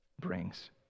brings